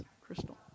Crystal